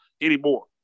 anymore